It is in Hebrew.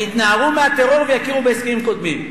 יתנערו מהטרור ויכירו בהסכמים קודמים.